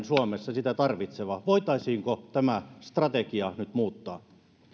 suomessa sitä tarvitseva voitaisiinko tämä strategia nyt muuttaa